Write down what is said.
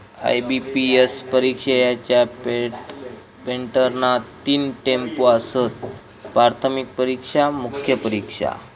IBPS परीक्षेच्यो पॅटर्नात तीन टप्पो आसत, प्राथमिक परीक्षा, मुख्य परीक्षा